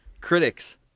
Critics